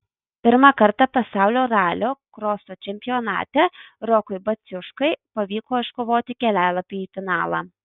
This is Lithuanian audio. pirmą kartą pasaulio ralio kroso čempionate rokui baciuškai pavyko iškovoti kelialapį į finalą